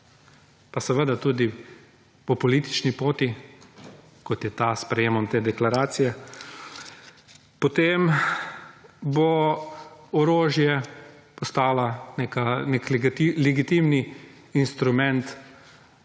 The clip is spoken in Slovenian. pa seveda tudi po politični poti kot je ta s sprejemom te deklaracije, potem bo orožje postalo nek legitimen instrument